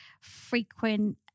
frequent